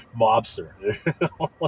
mobster